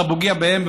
אתה פוגע בהם,